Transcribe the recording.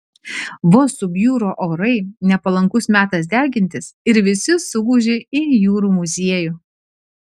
vos subjuro orai nepalankus metas degintis ir visi suguži į jūrų muziejų